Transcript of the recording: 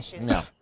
No